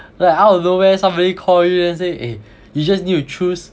like out of nowhere somebody call you then say eh you just need to choose